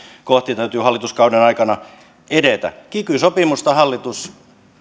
kohti täytyy hallituskauden aikana edetä kiky sopimusta hallitus